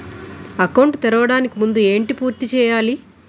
Account తెరవడానికి ముందు ఏంటి పూర్తి చేయాలి?